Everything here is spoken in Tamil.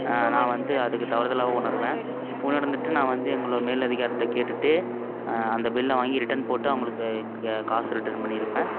நான் வந்து அதுக்கு தவறுதலாக உணர்வேன் உணர்ந்துட்டு நான் வந்து எங்களோட மேலதிகாரிட்டே கேட்டுட்டு அந்த பில்லை வாங்கி ரிட்டர்ன் போட்டு அவங்களுக்கு காசு ரிட்டர்ன் பண்ணியிருப்பேன்